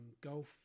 golf